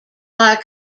are